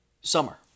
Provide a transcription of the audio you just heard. Summer